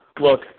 Look